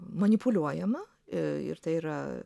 manipuliuojama ir tai yra